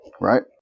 right